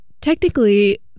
technically